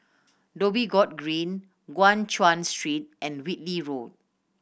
Dhoby Ghaut Green Guan Chuan Street and Whitley Road